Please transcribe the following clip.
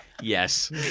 Yes